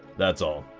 that's all.